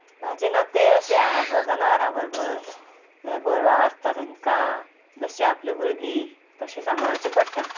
म्हाजें नातें अशें जनावरां बरोबर गोरवां आसता तेंका जशीं आपलीं भुरगीं तशीं सांबाळचीं पडटा